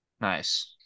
Nice